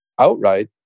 outright